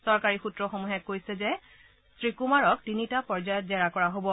চৰকাৰী সূত্ৰসমূহে কৈছে যে শ্ৰী কুমাৰক তিনিটা পৰ্যায়ত জেৰা কৰা হব